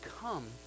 come